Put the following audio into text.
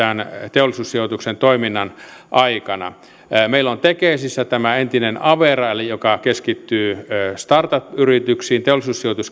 teollisuussijoituksen toiminnan aikana meillä on tekesissä tämä entinen avera joka keskittyy startup yrityksiin teollisuussijoitus